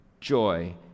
joy